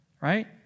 Right